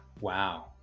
Wow